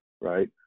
Right